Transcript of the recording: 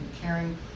caring